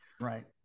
right